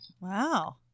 Wow